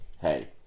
hey